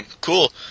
Cool